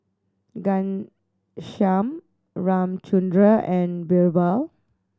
Ghanshyam Ramchundra and Birbal